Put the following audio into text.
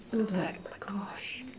no but my gosh